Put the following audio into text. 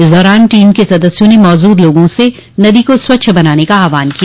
इस दौरान टीम के सदस्यों ने मौजूद लोगों से नदी को स्वच्छ बनाने का आह्वान किया